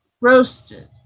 roasted